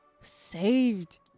saved